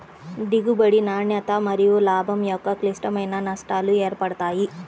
దిగుబడి, నాణ్యత మరియులాభం యొక్క క్లిష్టమైన నష్టాలు ఏర్పడతాయి